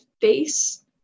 face